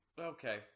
okay